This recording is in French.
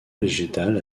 végétale